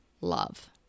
love